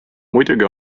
muidugi